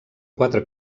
quatre